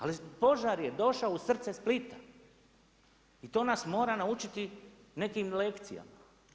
Ali požar je došao u srce Splita i to nas mora naučiti nekim lekcijama.